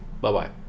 Bye-bye